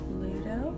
Pluto